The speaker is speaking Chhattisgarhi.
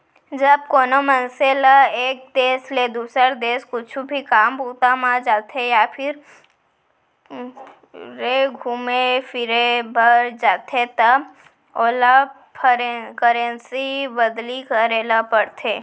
जब कोनो मनसे ल एक देस ले दुसर देस कुछु भी काम बूता म जाथे या फेर घुमे फिरे बर जाथे त ओला करेंसी बदली करे ल परथे